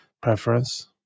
preference